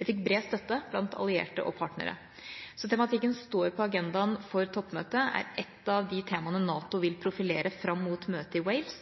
Det fikk bred støtte blant allierte og partnere, så tematikken står på agendaen for toppmøtet og er et av de temaene NATO vil profilere fram mot møtet i Wales.